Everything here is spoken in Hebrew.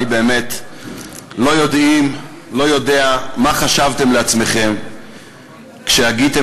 אני באמת לא יודע מה חשבתם לעצמכם כשהגיתם